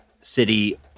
City